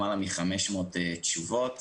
למעלה מ-500 תשובות